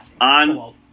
on